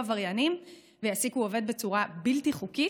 עבריינים ויעסיקו עובד בצורה בלתי חוקית,